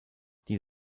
die